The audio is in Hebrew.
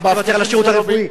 תוותר על השירות הרפואי.